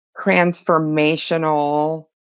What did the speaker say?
transformational